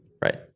right